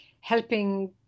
helping